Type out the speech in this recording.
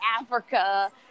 africa